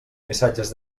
missatges